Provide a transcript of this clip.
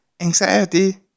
Anxiety